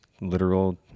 literal